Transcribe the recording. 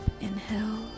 inhale